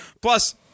Plus